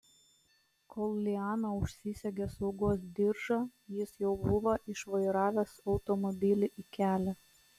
kol liana užsisegė saugos diržą jis jau buvo išvairavęs automobilį į kelią